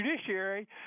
judiciary